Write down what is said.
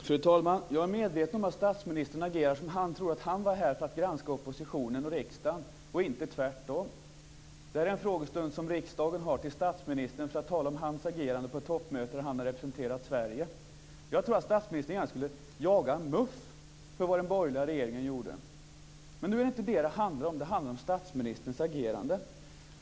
Fru talman! Jag är medveten om att statsministern agerar som om han vore här för att granska oppositionen och riksdagen och inte tvärtom. Det här är en frågestund där riksdagen skall tala med statsministern om hans agerande på ett toppmöte där han har representerat Sverige. Jag tror att statsministern gärna skulle jaga MUF för vad den borgerliga regeringen gjorde. Men nu handlar det inte om det. Det handlar om statsministerns agerande.